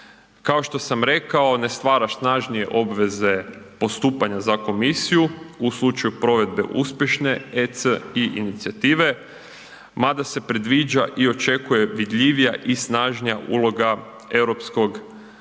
Kao što sam rekao, ne stvara snažnije obveze postupanja za komisiju u slučaju provedbe uspješne EC i inicijative, mada se predviđa i očekuje vidljivija i snažnija uloga Europskog parlamenta.